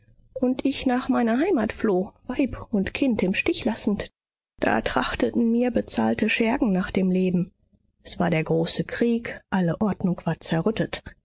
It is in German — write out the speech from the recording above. und ich nach meiner heimat floh weib und kind im stich lassend da trachteten mir bezahlte schergen nach dem leben es war der große krieg alle ordnung war zerrüttet